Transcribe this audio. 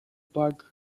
bag